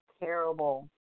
terrible